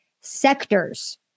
sectors